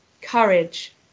courage